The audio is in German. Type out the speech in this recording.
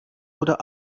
oder